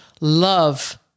love